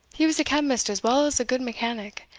he was a chemist as well as a good mechanic,